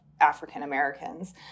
African-Americans